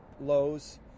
lows